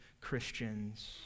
Christians